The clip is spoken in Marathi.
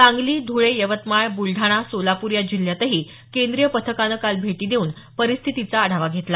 सांगली धुळे यवतमाळ बुलडाणा सोलापूर या जिल्ह्यातही केंद्रीय पथकानं काल भेटी देऊन परिस्थितीचा आढावा घेतला